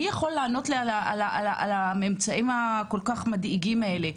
מי יכול לענות לי על הממצאים הכל כך מדאיגים האלה,